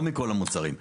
לא מכל המוצרים,